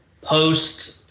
post